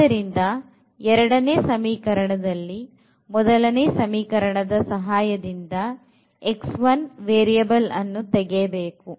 ಅದರಿಂದ ಎರಡನೇ ಸಮೀಕರಣದಲ್ಲಿ ಮೊದಲನೇ ಸಮೀಕರಣದ ಸಹಾಯದಿಂದ x1 ವೇರಿಯಬಲ್ ಅನ್ನು ತೆಗೆಯಬೇಕು